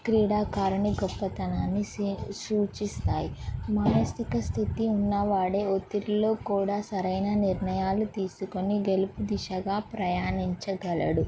క్రీడాకారుని గొప్పతనాన్ని స సూచిస్తాయి మానసిక స్థితి ఉన్నవాడే ఒత్తిడిలో కూడా సరైన నిర్ణయాలు తీసుకొని గెలుపు దిశగా ప్రయాణించగలడు